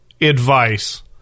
advice